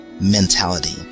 mentality